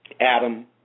Adam